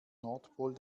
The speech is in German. nordpol